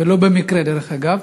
ולא במקרה, דרך אגב: